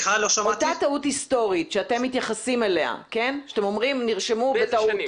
אליה, שאתם אומרים שנרשמו בטעות,